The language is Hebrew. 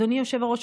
אדוני היושב-ראש,